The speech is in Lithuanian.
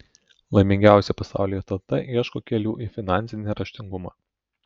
laimingiausia pasaulyje tauta ieško kelių į finansinį raštingumą